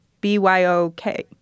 B-Y-O-K